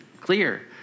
clear